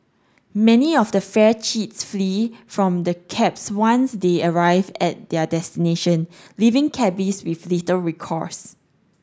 many of the fare cheats flee from the cabs once they arrive at their destination leaving cabbies with little recourse